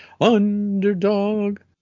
underdog